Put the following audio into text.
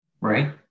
right